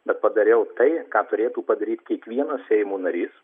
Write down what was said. bet padariau tai ką turėtų padaryt kiekvienas seimo narys